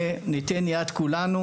וניתן יד כולנו,